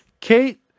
Kate